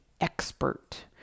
expert